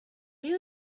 you